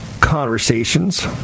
conversations